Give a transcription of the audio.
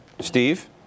Steve